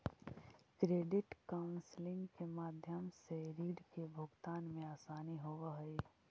credit counselling के माध्यम से रीड के भुगतान में असानी होवऽ हई